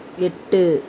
எட்டு